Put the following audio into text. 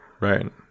Right